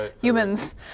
humans